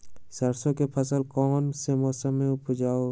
सरसों की फसल कौन से मौसम में उपजाए?